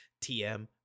TM